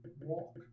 walk